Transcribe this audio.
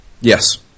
Yes